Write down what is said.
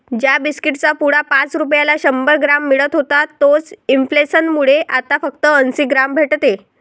ज्या बिस्कीट चा पुडा पाच रुपयाला शंभर ग्राम मिळत होता तोच इंफ्लेसन मुळे आता फक्त अंसी ग्राम भेटते